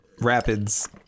Rapids